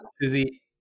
Susie